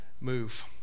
move